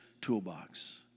toolbox